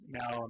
now